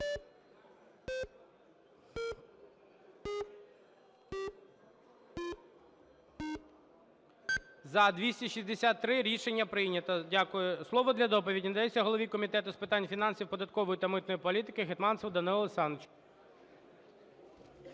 За-263 Рішення прийнято. Дякую. Слово для доповіді надається голові Комітету з питань фінансів, податкової та митної політики Гетманцеву Данилу